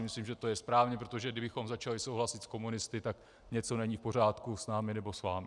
Myslím, že to je správně, protože kdybychom začali souhlasit s komunisty, tak něco není v pořádku s námi nebo s vámi.